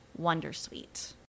wondersuite